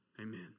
Amen